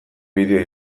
bideoa